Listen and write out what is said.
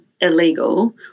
illegal